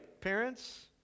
parents